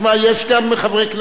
יש כאן חברי כנסת,